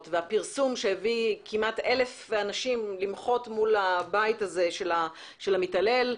והפרסום שהביא כמעט אלף אנשים למחות מול ביתו של המתעלל,